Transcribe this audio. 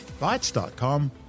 Bytes.com